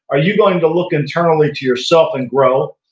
are you going to look internally to yourself and grow,